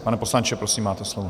Pane poslanče, prosím, máte slovo.